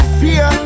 fear